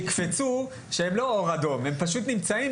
הם פשוט נמצאים בגלל הרבה מאוד נסיבות אחרות,